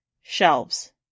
Shelves